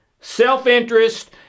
Self-interest